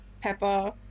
pepper